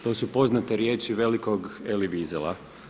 To su poznate riječi velikog Elibizela.